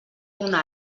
una